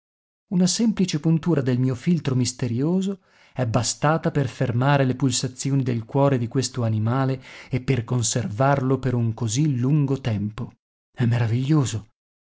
una semplice puntura del mio filtro misterioso è bastata per fermare le pulsazioni del cuore di questo animale e per conservarlo per un così lungo tempo è meraviglioso